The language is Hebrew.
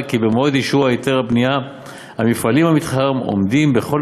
כי במועד אישור היתר הבנייה המפעלים במתחם עומדים בכל